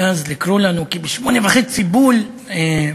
ואז לקרוא לנו כי ב-20:30 בול מצביעים.